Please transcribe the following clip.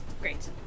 Great